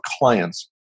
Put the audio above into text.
clients